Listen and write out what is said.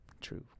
True